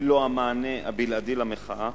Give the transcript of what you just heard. היא לא המענה הבלעדי למחאה,